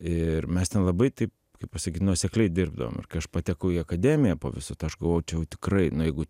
ir mes ten labai taip kaip pasakyt nuosekliai dirbdavom ir kai aš patekau į akademiją po viso to aš galvojau čia jau tikrai nu jeigu